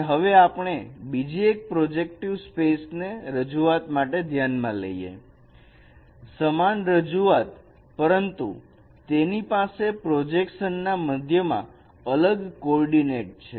અને હવે આપણે બીજી એક પ્રોજેક્ટિવ સ્પેસ ને આ રજૂઆત માટે ધ્યાન માં લઈએ સમાન રજૂઆત પરંતુ તેની પાસે પ્રોજેક્શન ના મધ્યમાં અલગ કોર્ડીનેટ છે